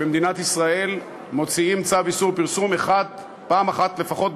במדינת ישראל מוציאים צו איסור פרסום אחת לשבוע לפחות,